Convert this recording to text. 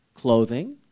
Clothing